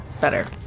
better